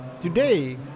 today